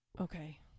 Okay